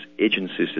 agencies